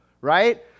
right